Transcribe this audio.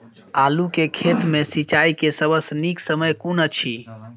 आलु केँ खेत मे सिंचाई केँ सबसँ नीक समय कुन अछि?